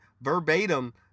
verbatim